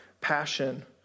passion